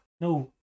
no